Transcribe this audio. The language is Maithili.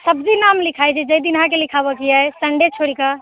सब दिन नाम लिखै छै जै दिन अहाँके लिखैबे के अइ संडे छोरि के